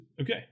Okay